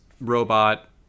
robot